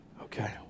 Okay